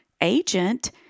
agent